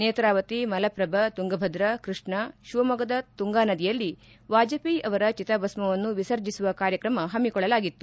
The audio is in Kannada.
ನೇತಾವತಿ ಮಲಪ್ರಭಾ ತುಂಗಭದ್ರ ಕೃಷ್ಣಾ ಶಿವಮೊಗ್ಗದ ತುಂಗಾನದಿಯಲ್ಲಿ ವಾಜಪೇಯಿ ಅವರ ಚಿತಾಭಸ್ಮವನ್ನು ವಿಸರ್ಜಿಸುವ ಕಾರ್ಯಕ್ರಮ ಹಮ್ಮಿಕೊಳ್ಳಲಾಗಿತ್ತು